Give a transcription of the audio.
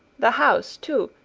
the house, too,